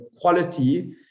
quality